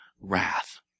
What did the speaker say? wrath